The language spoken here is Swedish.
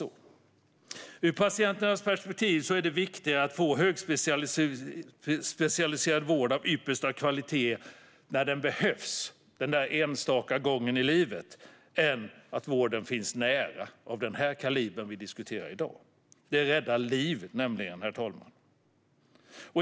När det gäller vård av den kaliber vi diskuterar i dag är det ur patienternas perspektiv viktigare att få högspecialiserad vård av yppersta kvalitet den där enstaka gången i livet när den behövs än att vården finns nära. Det räddar nämligen liv, herr talman.